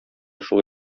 шул